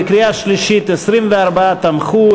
בקריאה שלישית 24 תמכו,